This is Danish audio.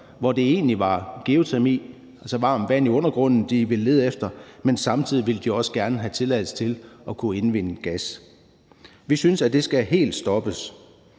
hvor det egentlig var geotermi, altså varmt vand i undergrunden, de ville lede efter, men samtidig ville de også gerne have tilladelse til at kunne indvinde gas. Vi synes, at det helt skal stoppes,